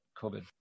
COVID